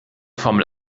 formel